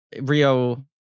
Rio